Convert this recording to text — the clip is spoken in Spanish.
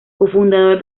cofundador